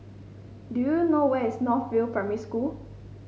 do you know where is North View Primary School